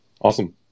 Awesome